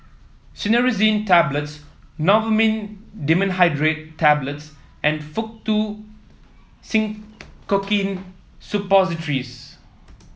Cinnarizine Tablets Novomin Dimenhydrinate Tablets and Faktu Cinchocaine Suppositories